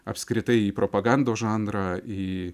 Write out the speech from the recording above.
apskritai į propagandos žanrą į